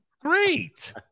Great